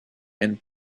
and